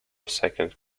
second